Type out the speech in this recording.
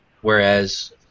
whereas